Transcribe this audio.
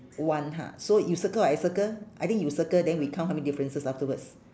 one ha so you circle or I circle I think you circle then we count how many differences afterwards